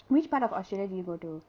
which part of australia did you go to